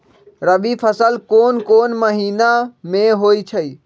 रबी फसल कोंन कोंन महिना में होइ छइ?